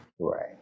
Right